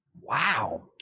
Wow